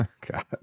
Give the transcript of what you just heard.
God